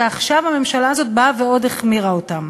ועכשיו הממשלה הזאת באה ועוד החמירה אותם.